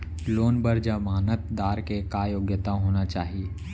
Loan बर जमानतदार के का योग्यता होना चाही?